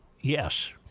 yes